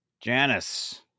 Janice